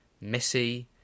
Missy